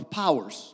powers